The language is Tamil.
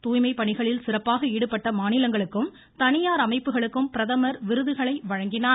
தூய்மை பணிகளில் சிறப்பாக ஈடுபட்ட மாநிலங்களுக்கும் தனியார் அமைப்புகளுக்கும் பிரதமர் விருதுகளை வழங்கினார்